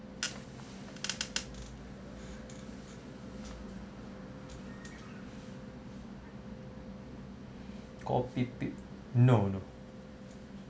no no